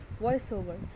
voiceover